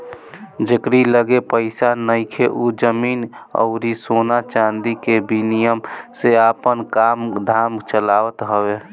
जेकरी लगे पईसा नइखे उ जमीन अउरी सोना चांदी के विनिमय से आपन काम धाम चलावत हवे